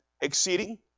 Exceeding